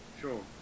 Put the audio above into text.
Sure